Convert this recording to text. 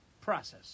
process